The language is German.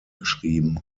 geschrieben